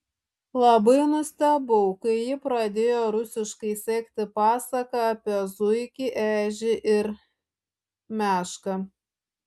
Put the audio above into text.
labai nustebau kai ji pradėjo rusiškai sekti pasaką apie zuikį ežį ir mešką